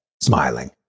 smiling